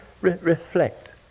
reflect